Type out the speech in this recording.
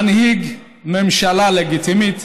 מנהיג ממשלה לגיטימית,